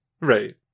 Right